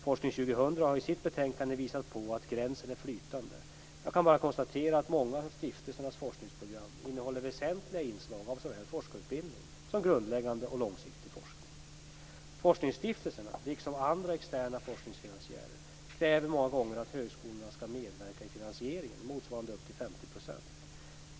Forskning 2000 har i sitt betänkande visat på att gränsen är flytande. Jag kan bara konstatera att många av stiftelsernas forskningsprogram innehåller väsentliga inslag av såväl forskarutbildning som grundläggande och långsiktig forskning. Forskningsstiftelserna, liksom andra externa forskningsfinansiärer, kräver många gånger att högskolorna skall medverka i finansieringen motsvarande upp till 50 %.